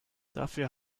dafür